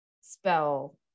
spell